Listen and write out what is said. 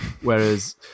Whereas